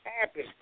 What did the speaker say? happy